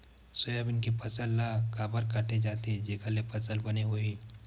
Soybean के फसल ल काबर काटे जाथे जेखर ले फसल बने होही?